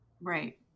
Right